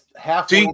half